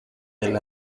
del